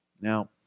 Now